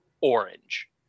orange